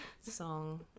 song